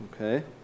okay